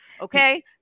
Okay